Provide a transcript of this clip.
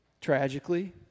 Tragically